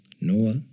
Noah